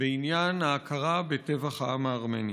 בעניין ההכרה בטבח העם הארמני.